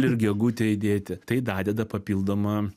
ir gegutę įdėti tai dadeda papildomą